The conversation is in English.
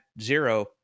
zero